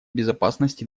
безопасность